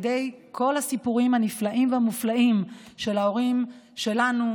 הסיפורים הנפלאים והמופלאים של ההורים שלנו,